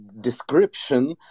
description